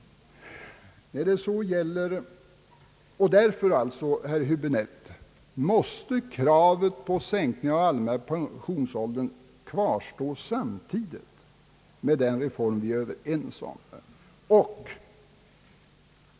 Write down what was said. Därför, herr Häöäbinette, måste kravet på sänkning av den allmänna pensionsåldern kvarstå, samtidigt som vi genomför den reform vi är överens om.